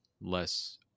less